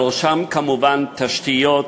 בראשם כמובן תשתיות,